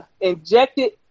injected